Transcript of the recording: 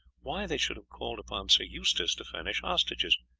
why they should have called upon sir eustace to furnish hostages.